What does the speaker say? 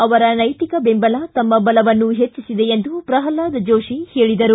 ಅವರ ನೈತಿಕ ಬೆಂಬಲ ತಮ್ಮ ಬಲವನ್ನು ಹೆಚ್ಚಿಸಿದೆ ಎಂದು ಪ್ರಹ್ಲಾದ್ ಜೋಶಿ ಹೇಳಿದರು